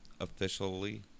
officially